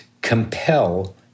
compel